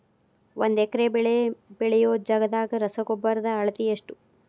ಒಂದ್ ಎಕರೆ ಬೆಳೆ ಬೆಳಿಯೋ ಜಗದಾಗ ರಸಗೊಬ್ಬರದ ಅಳತಿ ಎಷ್ಟು?